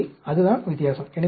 எனவே அதுதான் வித்தியாசம்